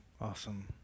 Awesome